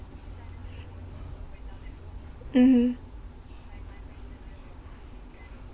mmhmm